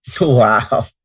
Wow